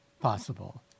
possible